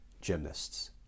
gymnasts